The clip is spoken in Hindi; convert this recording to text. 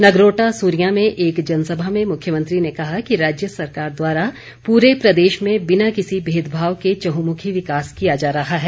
नगरोटा सूरियां में एक जनसभा में मुख्यमंत्री ने कहा कि राज्य सरकार द्वारा पूरे प्रदेश में बिना किसी भेदभाव के चहुंमुखी विकास किया जा रहा है